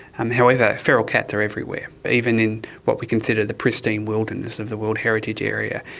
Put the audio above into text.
um however, feral cats are everywhere, even in what we consider the pristine wilderness of the world heritage area,